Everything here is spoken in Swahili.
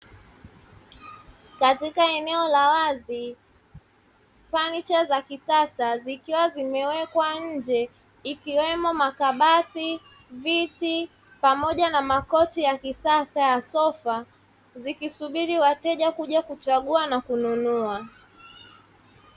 Katika eneo la wazi, fanicha za kisasa zikiwa zimewekwa nje ikiwemo makabati, viti pamoja na makochi ya kisasa ya sofa, zikisubiri wateja kuja kuchagua na kununua.